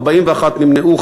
41 נמנעו,